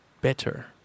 better